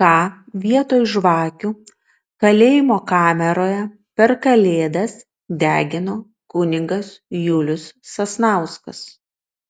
ką vietoj žvakių kalėjimo kameroje per kalėdas degino kunigas julius sasnauskas